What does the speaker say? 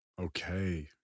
Okay